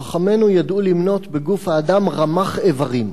חכמינו ידעו למנות בגוף האדם רמ"ח איברים.